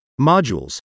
modules